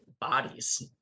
bodies